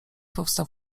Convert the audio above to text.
powstał